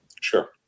Sure